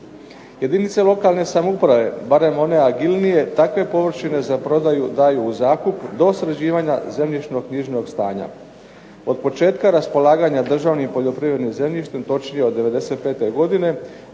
Jedinice lokalne samouprave barem one agilnije takve površine za prodaju daju u zakup do sređivanja zemljišno-knjižnog stanja. Od početka raspolaganja državnim poljoprivrednim zemljištem točnije od '95. godine